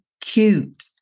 cute